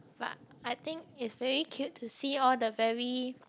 but I think is very cute to see all the very